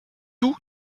tout